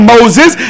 Moses